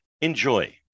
Enjoy